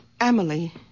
Emily